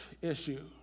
issue